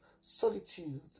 solitude